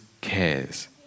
cares